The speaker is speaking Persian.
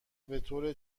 بطور